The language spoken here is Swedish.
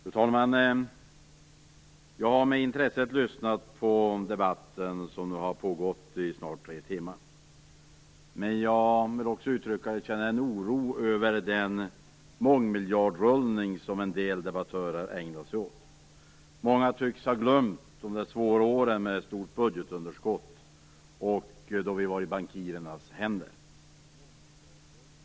Fru talman! Jag har med intresse lyssnat på debatten som har pågått i snart tre timmar. Men jag vill också uttrycka att jag känner en oro över den mångmiljardrullning som en del debattörer ägnar sig åt. Många tycks ha glömt de svåra åren då vi hade ett stort budgetunderskott och var i bankirernas händer.